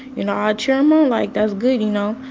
you know, i cheer them on. like, that's good, you know?